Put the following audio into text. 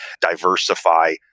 diversify